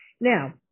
Now